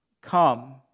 come